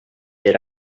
era